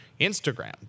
Instagram